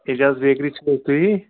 Ejaz bakery چھِو حظ تُہی